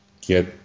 get